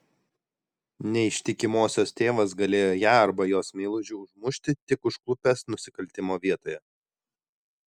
neištikimosios tėvas galėjo ją arba jos meilužį užmušti tik užklupęs nusikaltimo vietoje